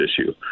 issue